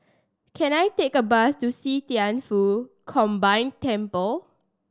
can I take a bus to See Thian Foh Combined Temple